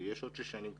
יש עוד שש שנים קדימה,